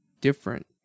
different